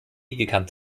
gekannt